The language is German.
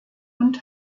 und